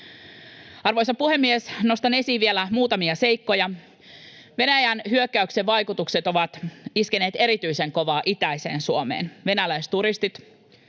Arvoisa puhemies! Nostan esiin vielä muutamia seikkoja. Venäjän hyökkäyksen vaikutukset ovat iskeneet erityisen kovaa itäiseen Suomeen: venäläisturistit,